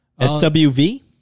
SWV